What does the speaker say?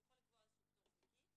הוא יכול לקבוע איזשהו פטור חלקי.